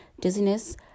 dizziness